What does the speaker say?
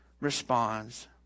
responds